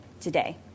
today